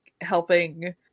helping